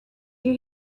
you